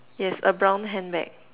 yes a brown handbag